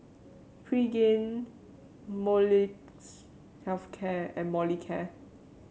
Pregain Molnylcke Health Care and Molicare